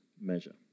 measure